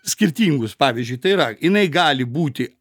skirtingus pavyzdžiui tai yra jinai gali būti